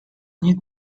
nie